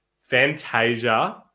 Fantasia